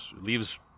leaves